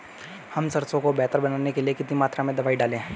हम सरसों को बेहतर बनाने के लिए कितनी मात्रा में दवाई डालें?